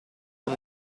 con